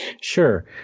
Sure